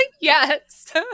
Yes